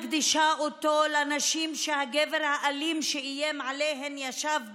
אני מקדישה אותו לנשים שהגבר האלים שאיים עליהן ישב בכלא,